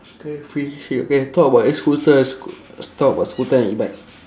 okay finishing okay talk about e-scooter sc~ talk about scooter and e-bike